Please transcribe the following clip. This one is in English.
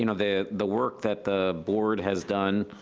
you know, the the work that the board has done